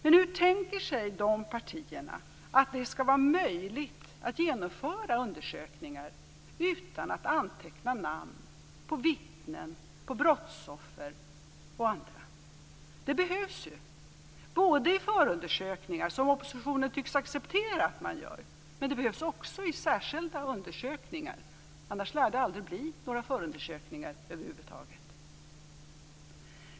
Men hur tänker sig de partierna att det skall vara möjligt att genomföra undersökningar utan att anteckna namn på vittnen, brottsoffer och andra? Det behövs ju både i förundersökningar, vilket oppositionen tycks acceptera, och i särskilda undersökningar, annars lär det aldrig bli några förundersökningar över huvud taget.